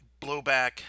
blowback